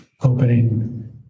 opening